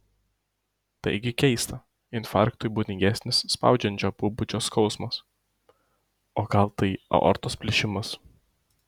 taigi keista infarktui būdingesnis spaudžiančio pobūdžio skausmas o gal tai aortos plyšimas